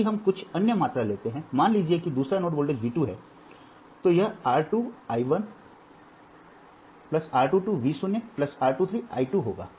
यदि हम कुछ अन्य मात्रा लेते हैं मान लीजिए कि दूसरा नोड वोल्टेज V 2 है तो यह r 2 1 I 1 r 2 2 V 0 r 2 3 I 2 होगा